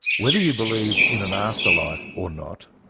whether you believe in an afterlife or not,